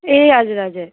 ए हजुर हजुर